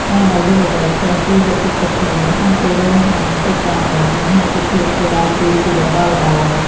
ការដែលយុវវ័យចេះ "ជួយលើកទឹកចិត្តគ្នា" ក្នុងពេលនឿយហត់នឹងកិច្ចការបុណ្យ បង្ហាញពីភាពជាដៃគូជីវិតដ៏ល្អ។